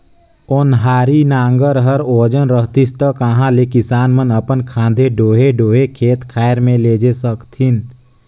ओन्हारी नांगर हर ओजन रहतिस ता कहा ले किसान मन अपन खांधे डोहे डोहे खेत खाएर मे लेइजे सकतिन